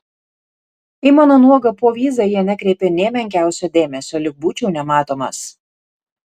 į mano nuogą povyzą jie nekreipė nė menkiausio dėmesio lyg būčiau nematomas